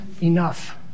enough